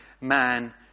man